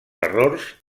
errors